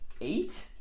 eight